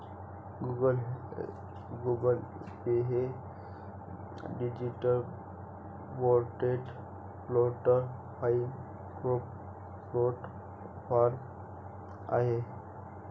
Google Pay हे digital wallet platform आहे